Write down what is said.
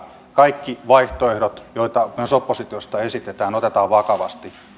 kaikki vaihtoehdot joita myös oppositiosta esitetään otetaan vakavasti